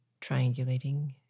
triangulating